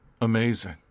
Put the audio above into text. amazing